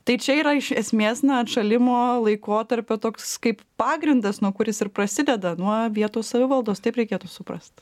tai čia yra iš esmės na atšalimo laikotarpio toks kaip pagrindas nuo kur jis ir prasideda nuo vietos savivaldos taip reikėtų suprast